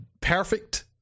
perfect